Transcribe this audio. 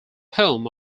home